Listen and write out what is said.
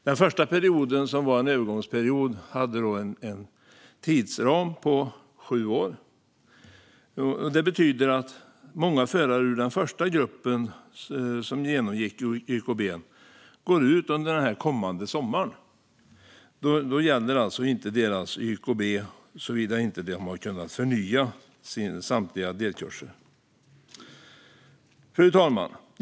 Den första perioden, som var en övergångsperiod, hade en tidsram på sju år. Detta betyder att många förare i den första gruppen har ett YKB som går ut under den kommande sommaren; då gäller alltså inte deras YKB såvida de inte har kunnat förnya samtliga delkurser. Fru talman!